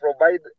provide